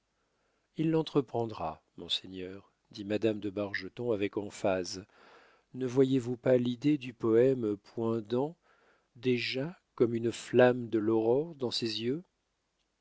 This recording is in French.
il l'entreprendra monseigneur dit madame de bargeton avec emphase ne voyez-vous pas l'idée du poème poindant déjà comme une flamme de l'aurore dans ses yeux